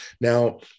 Now